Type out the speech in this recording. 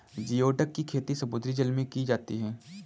geoduck की खेती समुद्री जल में की जाती है